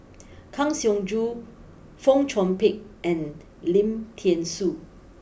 Kang Siong Joo Fong Chong Pik and Lim Thean Soo